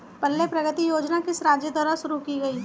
पल्ले प्रगति योजना किस राज्य द्वारा शुरू की गई है?